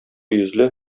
йөзле